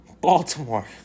Baltimore